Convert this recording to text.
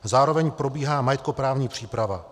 Zároveň probíhá majetkoprávní příprava.